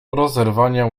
rozerwania